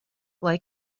ble